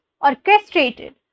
orchestrated